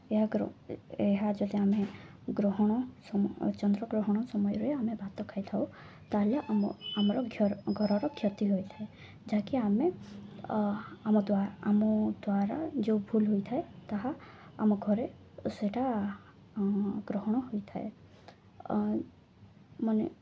ଏହା ଏହା ଯଦି ଆମେ ଗ୍ରହଣ ସମ ଚନ୍ଦ୍ରଗ୍ରହଣ ସମୟରେ ଆମେ ଭାତ ଖାଇଥାଉ ତାହେଲେ ଆମ ଆମର ଘରର କ୍ଷତି ହୋଇଥାଏ ଯାହାକି ଆମେ ଆମ ଦ୍ୱା ଆମ ଦ୍ୱାରା ଯେଉଁ ଭୁଲ ହୋଇଥାଏ ତାହା ଆମ ଘରେ ସେଇଟା ଗ୍ରହଣ ହୋଇଥାଏ ମାନେ